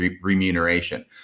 remuneration